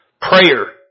prayer